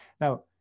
now